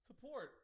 support